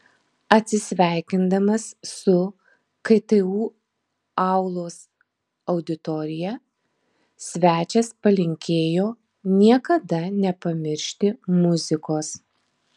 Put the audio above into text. atsisveikindamas su ktu aulos auditorija svečias palinkėjo niekada nepamiršti muzikos